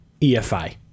EFI